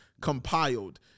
compiled